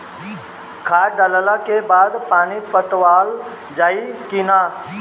खाद डलला के बाद पानी पाटावाल जाई कि न?